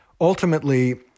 Ultimately